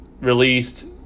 released